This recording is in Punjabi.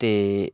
ਅਤੇ